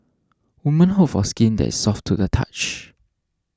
women hope for skin that is soft to the touch